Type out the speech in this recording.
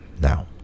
Now